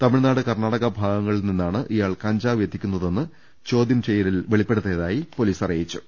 തമിഴ്നാ ട് കർണാടക ഭാഗങ്ങളിൽ നിന്നാണ് ഇയാൾ കഞ്ചാവ് എത്തിക്കുന്ന തെന്ന് ചോദൃം ചെയ്യലിൽ സമ്മതിച്ചതായി പൊലീസ് അറിയിച്ചു